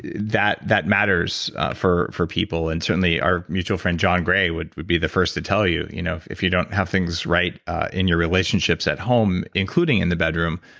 that that matters for for people and certainly our mutual friend john gray would would be the first to tell you you know if if you don't have things right in your relationships at home, including in the bedroom,